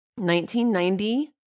1990